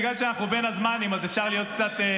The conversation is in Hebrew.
בגלל שאנחנו בין הזמנים אז אפשר להיות קצת,